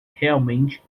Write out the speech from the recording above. realmente